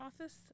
office